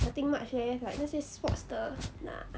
nothing much leh like 那些 sports 的 nah